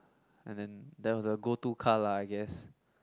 and then that was the go to car lah I guess